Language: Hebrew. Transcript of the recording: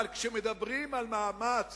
אבל כשמדברים על מאמץ